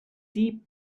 deep